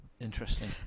interesting